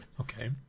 okay